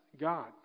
god